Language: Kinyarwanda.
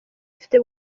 zifite